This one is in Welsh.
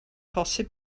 posib